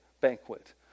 banquet